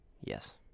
Yes